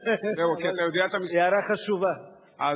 הערה חשובה.